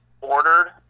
ordered